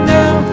now